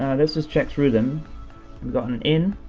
let's just check, through them, we've got an in,